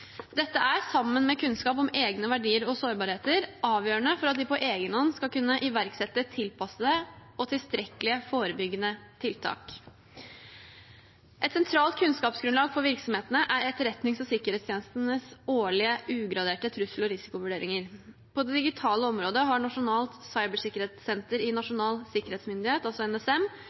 Dette er, sammen med kunnskap om egne verdier og sårbarhet, avgjørende for at de på egen hånd skal kunne iverksette tilpassede og tilstrekkelig forebyggende tiltak. Et sentralt kunnskapsgrunnlag for virksomhetene er etterretnings- og sikkerhetstjenestenes årlige ugraderte trussel- og risikovurderinger. På det digitale området har Nasjonalt cybersikkerhetssenter i Nasjonal sikkerhetsmyndighet, NSM,